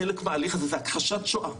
חלק מההליך הזה זה הכחשת שואה,